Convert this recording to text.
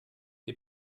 wir